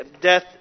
Death